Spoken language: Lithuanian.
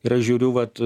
ir aš žiūriu vat